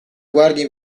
guardia